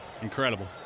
incredible